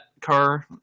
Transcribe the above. car